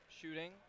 shooting